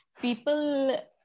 people